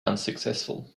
unsuccessful